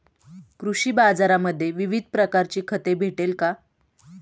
कृषी बाजारांमध्ये विविध प्रकारची खते भेटेल का?